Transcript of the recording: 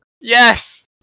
Yes